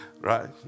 Right